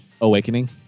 Awakening